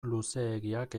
luzeegiak